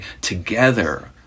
together